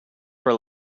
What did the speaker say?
for